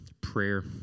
prayer